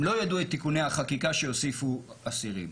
הם לא ידעו את תיקוני החקיקה שיוסיפו אסירים.